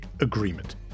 Agreement